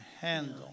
handle